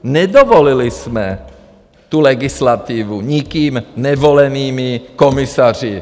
Nedovolili jsme tu legislativu nikým nevolenými komisaři.